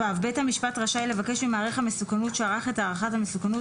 (ו) בית המשפט רשאי לבקש ממעריך המסוכנות שערך את הערכת המסוכנות,